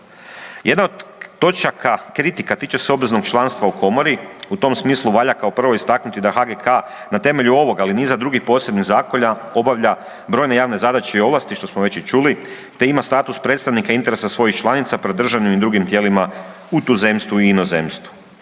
Jedna od točaka kritika tiče se obveznog članstva u komori, u tom smislu valja kao prvo istaknuti da HGK na temelju ovoga, ali i niza drugih posebnih zakona obavlja brojne javne zadaće i ovlasti, što smo već i čuli, te ima status predstavnika interesa svojih članica pri državnim i drugim tijelima u tuzemstvu i inozemstvu.